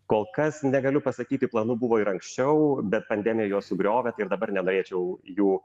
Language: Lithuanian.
kol kas negaliu pasakyti planų buvo ir anksčiau bet pandemija juos sugriovė tai ir dabar nenorėčiau jų